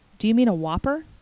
do you mean a whopper?